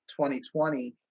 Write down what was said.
2020